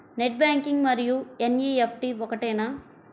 Net banking మరియు NEFT ఒకటేనా?